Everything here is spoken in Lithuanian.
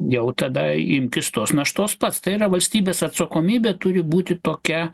jau tada imkis tos naštos pats tai yra valstybės atsakomybė turi būti tokia